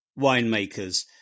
winemakers